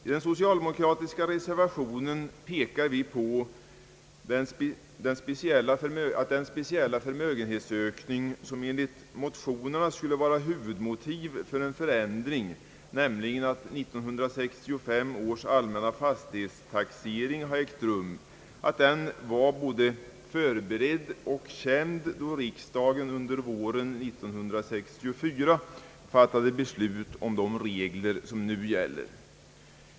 I den socialdemokratiska reservationen pekar vi på att den speciella förmögenhetsökning, som enligt motionerna skulle vara huvudmotiv för en förändring, nämligen 1965 års allmänna fastighetstaxering, så var den både förberedd och känd, då riksdagen under våren 1964 fattade beslut om de nu gällande reglerna.